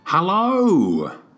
Hello